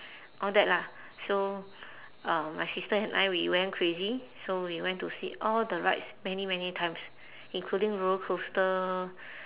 all that lah so uh my sister and I we went crazy so we went to sit all the rides many many times including roller coaster